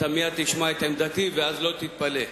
מייד תשמע את עמדתי ואז לא תתפלא.